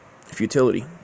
futility